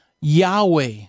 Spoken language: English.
Yahweh